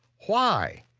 why?